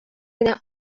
генә